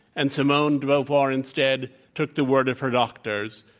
and simone de beauvoir instead took the word of her doctors.